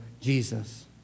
Jesus